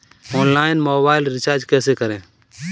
Online mobile recharge कैसे करें?